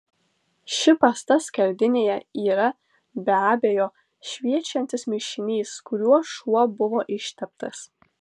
ši pasta skardinėje yra be abejo šviečiantis mišinys kuriuo šuo buvo išteptas